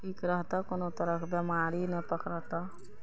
ठीक रहतऽ कोनो तरहक बेमारी नहि पकड़तऽ